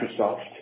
Microsoft